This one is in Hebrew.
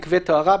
מקווה טהרה,